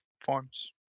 forms